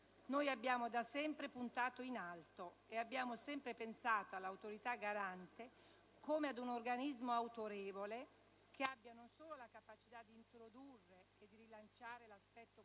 Noi abbiamo da sempre puntato in alto, e abbiamo sempre pensato all'Autorità garante, come ad un organismo autorevole, che abbia non solo la capacità di introdurre e di rilanciare l'aspetto culturale,